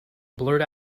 blurt